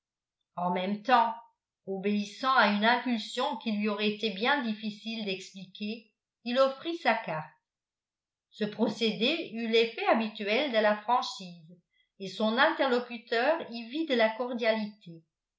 en même temps obéissant à une impulsion qu'il lui aurait été bien difficile d'expliquer il offrit sa carte ce procédé eut l'effet habituel de la franchise et son interlocuteur y vit de la cordialité